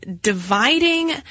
dividing